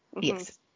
yes